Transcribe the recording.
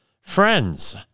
friends